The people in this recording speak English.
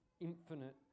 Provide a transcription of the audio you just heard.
infinite